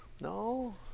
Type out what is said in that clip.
no